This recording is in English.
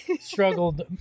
struggled